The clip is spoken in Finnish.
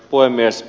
puhemies